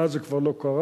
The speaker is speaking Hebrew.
מאז זה כבר לא קרה,